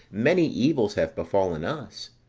many evils have befallen us.